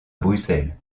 bruxelles